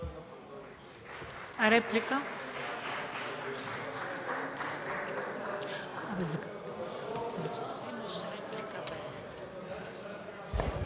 Реплика?